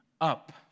up